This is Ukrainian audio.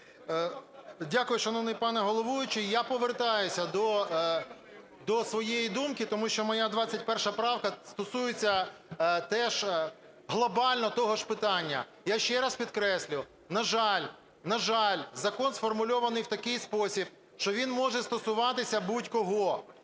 Дякую, шановний пане головуючий. Я повертаюся до своєї думки, тому що моя 21 правка стосується теж глобально того ж питання. Я ще раз підкреслю. На жаль, на жаль, закон сформульований в такий спосіб, що він може стосуватися будь-кого,